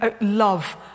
love